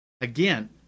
Again